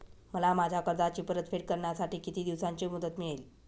मला माझ्या कर्जाची परतफेड करण्यासाठी किती दिवसांची मुदत मिळेल?